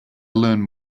learn